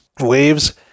Waves